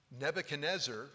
Nebuchadnezzar